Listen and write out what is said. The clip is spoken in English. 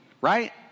right